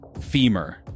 femur